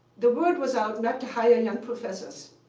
the word was out not to hire young professors,